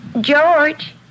George